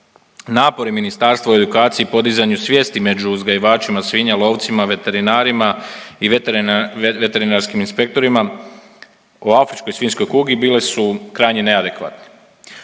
Napori ministarstva u edukaciji, podizanju svijesti među uzgajivačima svinja, lovcima, veterinarima i veterinarskim inspektorima o afričkoj svinjskoj kugi, bile su krajnje neadekvatne.